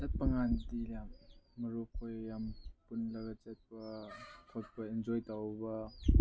ꯆꯠꯄꯀꯥꯟꯗꯗꯤ ꯌꯥꯝ ꯃꯔꯨꯞꯈꯣꯏ ꯌꯥꯝ ꯄꯨꯜꯂꯒ ꯆꯠꯄ ꯈꯣꯠꯄ ꯑꯦꯟꯖꯣꯏ ꯇꯧꯕ